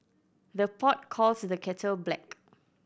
the pot calls the kettle black